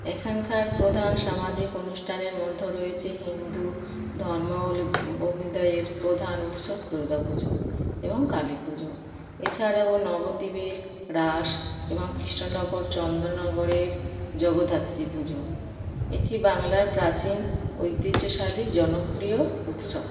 এখানকার প্রধান সামাজিক অনুষ্ঠানের মধ্যে রয়েছে হিন্দু ধর্মাবলম্বীদের প্রধান উৎসব দুর্গা পুজো এবং কালী পুজো এছাড়াও নবদ্বীপের রাস এবং কৃষ্ণনগর চন্দননগরের জগদ্ধাত্রী পুজো এটি বাংলার প্রাচীন ঐতিহ্যশালী জনপ্রিয় উৎসব